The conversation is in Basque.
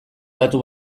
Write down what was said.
datu